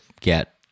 get